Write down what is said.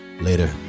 Later